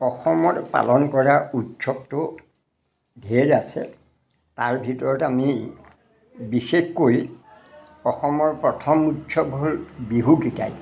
অসমত পালন কৰা উৎসৱটো ধেৰ আছে তাৰ ভিতৰত আমি বিশেষকৈ অসমৰ প্ৰথম উৎসৱ হ'ল বিহুকেইটাই